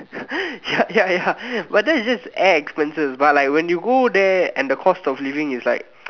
ya ya ya but that's just like the air expenses but like when you go there and the cost of living is like